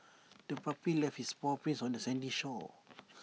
the puppy left its paw prints on the sandy shore